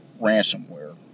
Ransomware